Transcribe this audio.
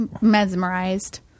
mesmerized